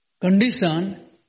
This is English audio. condition